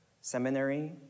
seminary